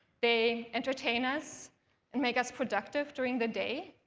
they entertain us and make us productive during the day,